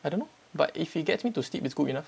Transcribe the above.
I don't know but if it gets me to sleep it's good enough